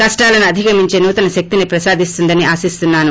కష్షాలను అధిగమించే నూతన శక్తిని ప్రసాదిస్తుందని ఆశిస్తున్నాను